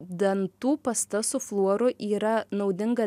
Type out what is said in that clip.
dantų pasta su fluoru yra naudinga